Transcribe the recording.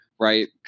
right